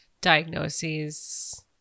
diagnoses